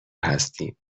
هستیم